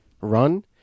run